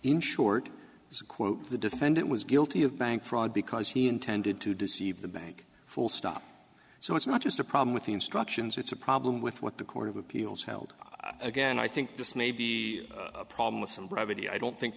short quote the defendant was guilty of bank fraud because he intended to deceive the bank full stop so it's not just a problem with the instructions it's a problem with what the court of appeals held again i think this may be a problem with some brevity i don't think